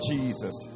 Jesus